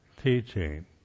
teaching